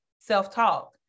self-talk